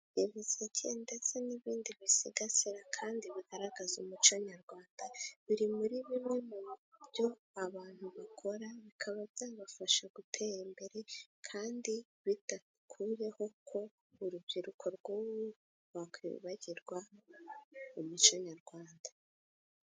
Imiseke ndetse n'ibindi bisigasira kandi bigaragaza umuco nyarwanda, biri muri bimwe mu byo abantu bakora, bikaba byabafasha gutera imbere, kandi bidakuyeho ko urubyiruko rw'ubu rwakwibagirwa umuco nyarwanda.